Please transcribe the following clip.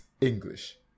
english